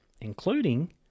including